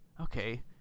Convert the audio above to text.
okay